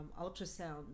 ultrasound